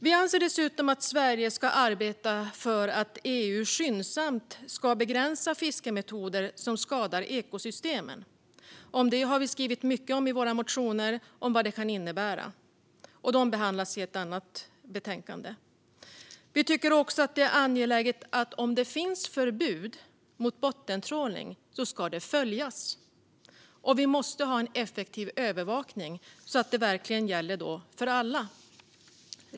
Vi anser att Sverige ska arbeta för att EU skyndsamt ska begränsa fiskemetoder som skadar ekosystemen. Vi har skrivit mycket i våra motioner om vad det kan innebära. Dessa motioner behandlas i ett annat betänkande. Om det finns förbud mot bottentrålning tycker vi att det är angeläget att det följs. Vi måste ha en effektiv övervakning så att det verkligen gäller för alla.